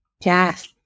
Yes